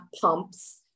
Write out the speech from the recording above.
pumps